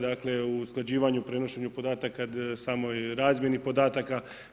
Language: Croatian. Dakle, usklađivanju, prenošenju podataka, samoj razmjeni podataka.